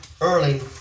Early